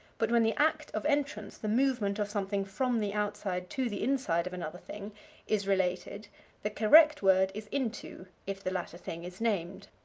but when the act of entrance the movement of something from the outside to the inside of another thing is related the correct word is into if the latter thing is named.